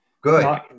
good